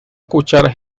escuchar